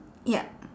yup